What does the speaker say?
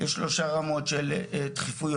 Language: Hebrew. יש שלושה רמות של דחיפויות,